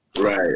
Right